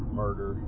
murder